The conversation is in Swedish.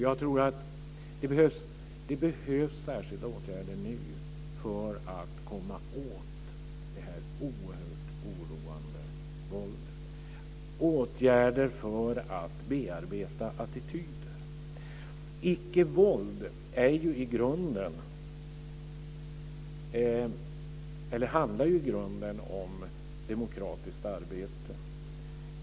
Jag tror att det behövs särskilda åtgärder nu för att komma åt det oerhört oroande våldet, åtgärder för att bearbeta attityder. Icke-våld handlar i grunden om demokratiskt arbete.